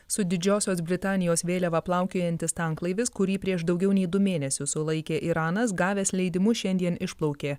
su didžiosios britanijos vėliava plaukiojantis tanklaivis kurį prieš daugiau nei du mėnesius sulaikė iranas gavęs leidimus šiandien išplaukė